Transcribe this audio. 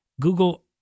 Google